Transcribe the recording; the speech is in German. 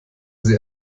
sie